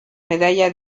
medalla